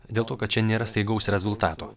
dėl to kad čia nėra staigaus rezultato